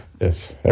Yes